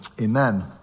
Amen